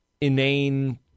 inane